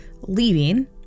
leaving